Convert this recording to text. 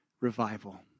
revival